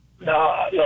No